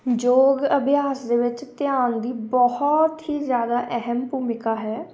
ਯੋਗ ਅਭਿਆਸ ਦੇ ਵਿੱਚ ਧਿਆਨ ਦੀ ਬਹੁਤ ਹੀ ਜ਼ਿਆਦਾ ਅਹਿਮ ਭੂਮਿਕਾ ਹੈ